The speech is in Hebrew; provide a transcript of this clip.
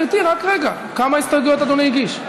כמה הסתייגויות אדוני הגיש?